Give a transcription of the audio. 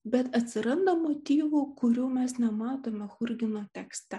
bet atsiranda motyvų kurių mes nematome churgino tekste